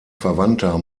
verwandter